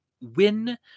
win